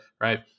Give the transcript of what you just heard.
right